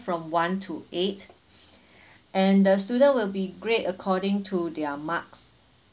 from one to eight and the student will be grade according to their marks